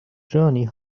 journey